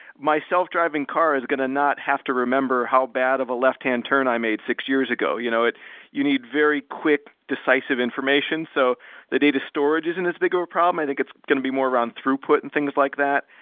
my self-driving car is going to not have to remember how bad of a left hand turn i made six years ago. you know you need very quick decisive information. so the data storage isn't as big of a problem. i think it's going to be more around throughput and things like that.